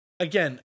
Again